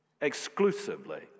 exclusively